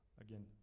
Again